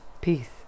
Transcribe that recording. Peace